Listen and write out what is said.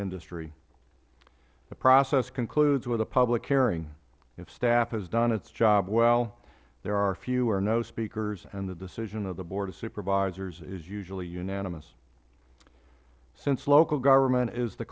industry the process concludes with a public hearing if staff has done its job well there are few or no speakers and the decision of the board of supervisors is usually unanimous since local government is the